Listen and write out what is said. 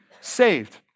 saved